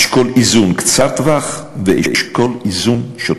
אשכול איזון קצר טווח ואשכול איזון שוטף,